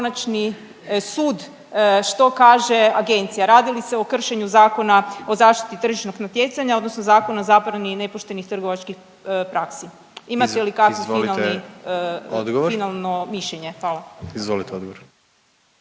konačni sud, što kaže agencija? Radi li se o kršenju Zakona o zaštiti tržišnog natjecanja odnosno Zakona o zabrani nepoštenih trgovačkih praksi? Imate li kakvi finalni … .../Upadica: Izvolite odgovor./...